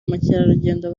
mukerarugendo